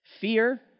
Fear